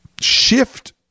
shift